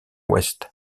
ouest